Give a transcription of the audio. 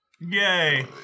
Yay